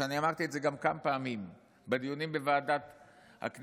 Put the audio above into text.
ואני אמרתי את זה גם כמה פעמים בדיונים בוועדת הכנסת,